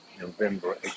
November